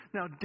Now